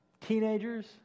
teenagers